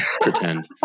pretend